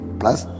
plus